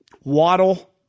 Waddle